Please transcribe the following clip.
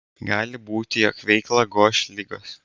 gali būti jog veiklą goš ligos